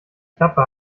klappe